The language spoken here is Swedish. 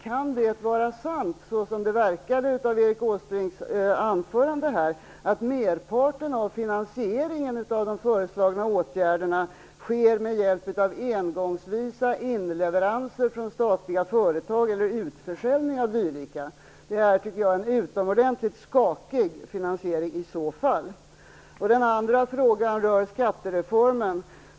Kan det vara sant, så som det verkar av Erik Åsbrinks anförande, att merparten av finansieringen av de föreslagna åtgärderna sker med hjälp av engångsvisa inleveranser från statliga företag eller utförsäljning av dylika? Det är i så fall en utomordentligt skakig finansiering. Den andra frågan rör skattereformen.